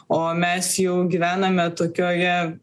o mes jau gyvename tokioje